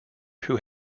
who